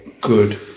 good